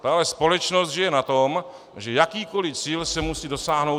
Tahle společnost žije na tom, že jakýkoliv cíl se musí dosáhnout